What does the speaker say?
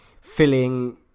filling